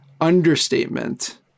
understatement